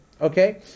Okay